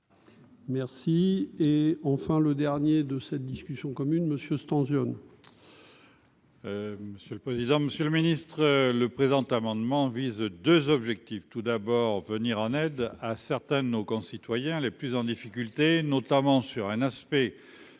Merci, et enfin le dernier de cette discussion commune Monsieur